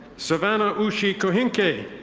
savannah ushi kohinke.